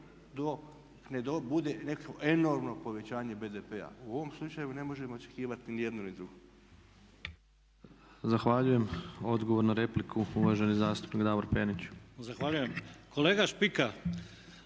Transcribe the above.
ne bude neko enormno povećanje BDP-a. U ovom slučaju ne možemo očekivati ni jedno ni drugo. **Tepeš, Ivan (HSP AS)** Zahvaljujem. Odgovor na repliku, uvaženi zastupnik Davor Penić. **Penić,